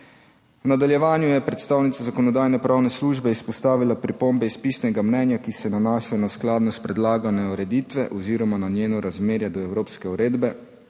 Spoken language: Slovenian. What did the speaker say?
V nadaljevanju je predstavnica Zakonodajno-pravne službe izpostavila pripombe iz pisnega mnenja, ki se nanašajo na skladnost predlagane ureditve oziroma na njeno razmerje do evropske uredbe,